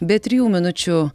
be trijų minučių